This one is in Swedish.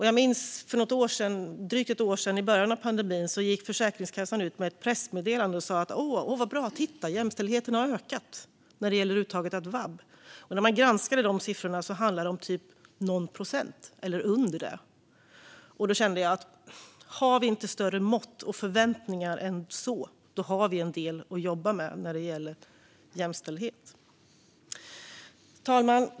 Jag minns att Försäkringskassan för drygt ett år sedan, i början av pandemin, gick ut med ett pressmeddelande och sa: Titta, vad bra - jämställdheten har ökat när det gäller vab! Men när man granskade de siffrorna såg man att det handlade om typ någon procent eller mindre. Då kände jag: Har vi inte större förväntningar än så har vi en del att jobba med när det gäller jämställdhet. Fru talman!